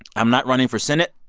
i'm not running for senate.